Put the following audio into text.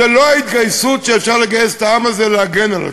זו לא ההתגייסות שאפשר לגייס את העם הזה להגן על עצמו.